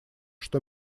что